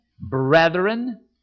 brethren